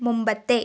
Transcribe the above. മുമ്പത്തെ